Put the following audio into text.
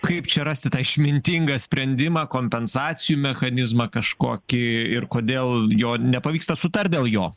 kaip čia rasti tą išmintingą sprendimą kompensacijų mechanizmą kažkokį ir kodėl jo nepavyksta sutart dėl jo